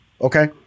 Okay